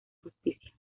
justicia